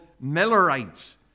Millerites